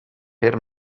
per